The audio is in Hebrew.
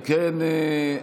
אם כן,